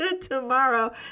tomorrow